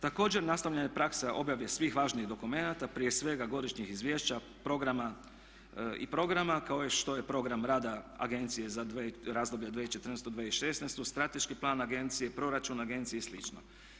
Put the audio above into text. Također nastavljanje prakse objave svih važnih dokumenata prije svega godišnjih izvješća programa i programa kao što je i program rada Agencije za razdoblje 2014.-2016., strateški plan agencije, proračun agencije i slično.